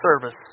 service